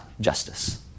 justice